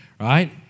Right